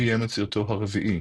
ביים את סרטו הרביעי,